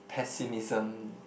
pessimism